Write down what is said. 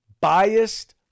biased